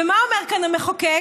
ומה אומר כאן המחוקק?